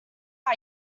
how